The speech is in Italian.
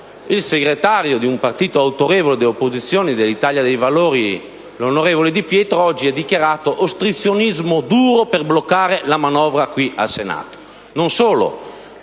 il segretario di un partito autorevole dell'opposizione, l'Italia dei Valori, l'onorevole Di Pietro, oggi ha parlato di ostruzionismo duro per bloccare la manovra al Senato.